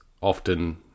often